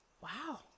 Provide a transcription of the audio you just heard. wow